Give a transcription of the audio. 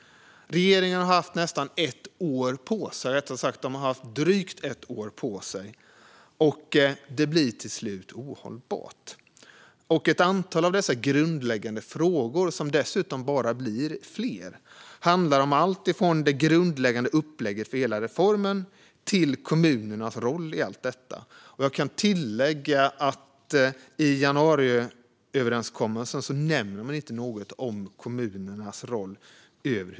Regeringen har haft drygt ett år på sig. Det blir till slut ohållbart. Ett antal av dessa grundläggande frågor, som dessutom bara blir fler, handlar om alltifrån det grundläggande upplägget för hela reformen till kommunernas roll i allt detta. Jag kan tillägga att man i januariöverenskommelsen över huvud taget inte nämner något om kommunernas roll.